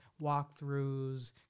walkthroughs